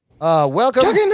Welcome